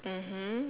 mmhmm